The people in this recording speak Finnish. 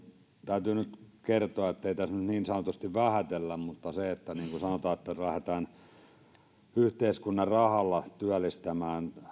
täytyy nyt kertoa ettei tässä niin sanotusti vähätellä mutta jos lähdetään yhteiskunnan rahalla työllistämään